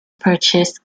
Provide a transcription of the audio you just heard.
purchased